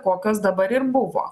kokios dabar ir buvo